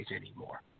anymore